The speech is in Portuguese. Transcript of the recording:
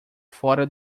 fora